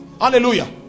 Hallelujah